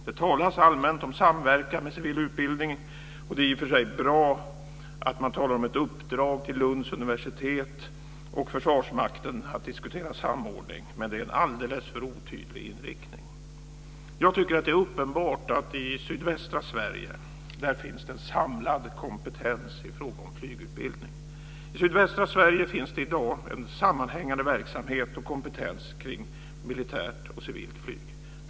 Det resoneras allmänt om samverkan med civil utbildning, och det är i och för sig bra att man talar om ett uppdrag till Lunds universitet och Försvarsmakten att diskutera samordning, men det är en alldeles för otydlig inriktning. Jag tycker att det är uppenbart att det i sydvästra Sverige finns en samlad kompetens i fråga om flygutbildning. Det finns i dag i sydvästra Sverige en sammanhängande verksamhet och kompetens när det gäller militärt och civilt flyg.